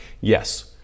yes